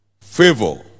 Favor